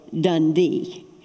Dundee